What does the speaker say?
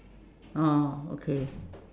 oh okay